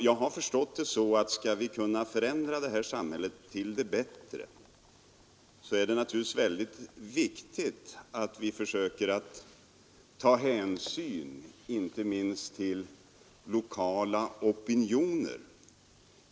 Jag anser att det, när vi skall förändra det här samhället till det bättre, är mycket viktigt att vi försöker ta hänsyn inte minst till lokala opinioner.